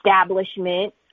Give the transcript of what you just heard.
establishment